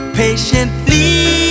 patiently